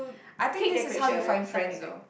I think this is how you find friends though